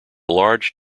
large